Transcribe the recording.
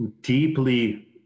deeply